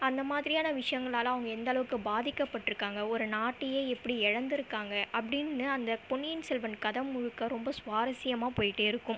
அந்தமாதிரியான விஷயங்களால அவங்க எந்த அளவுக்கு பாதிக்கப்பட்ருக்காங்க ஒரு நாட்டையே எப்படி எழந்துருக்காங்க அப்படின்னு அந்த பொன்னியின் செல்வன் கதை முழுக்க ரொம்ப சுவாரசியமாக போய்கிட்டே இருக்கும்